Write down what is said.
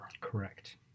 Correct